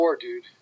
dude